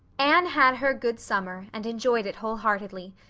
anne had her good summer and enjoyed it wholeheartedly.